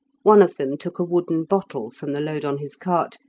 one of them took a wooden bottle from the load on his cart,